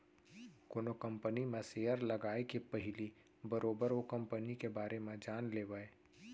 कोनो कंपनी म सेयर लगाए के पहिली बरोबर ओ कंपनी के बारे म जान लेवय